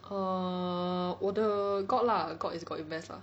err 我的 got lah got is got invest lah